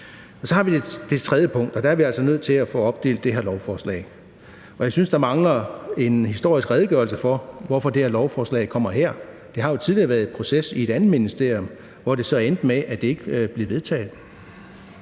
Og så har vi det tredje punkt, og der er vi altså nødt til at få opdelt det her lovforslag. Jeg synes, der mangler en historisk redegørelse for, hvorfor det her lovforslag kommer her. Det har jo tidligere været i proces i et andet ministerium, hvor det så endte med, at det ikke blev vedtaget.